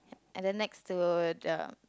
and then next to the